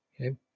Okay